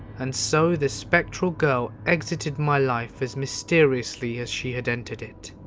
and so this spectral girl exited my life as mysteriously as she had entered it.